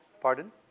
Pardon